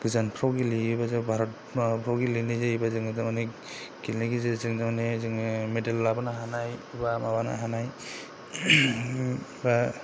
गोजानफोराव गेलेहैयोब्ला जों भारत माबाफोराव गेलेनाय जायोब्ला जोङो थारमाने गेलेनाय गेजेरजों थारमाने जोङो मेडेल लाबोनो हानाय एबा माबानो हानाय एबा